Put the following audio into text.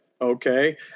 okay